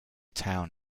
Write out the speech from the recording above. town